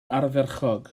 ardderchog